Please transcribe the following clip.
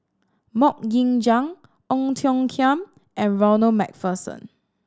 Mok Ying Jang Ong Tiong Khiam and Ronald Macpherson